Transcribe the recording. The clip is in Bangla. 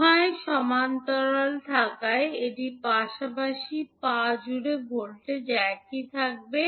উভয়ই সমান্তরালে থাকায় এটির পাশাপাশি এই পা জুড়ে ভোল্টেজ একই থাকবে